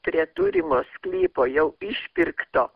prie turimo sklypo jau išpirkto